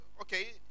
okay